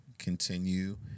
continue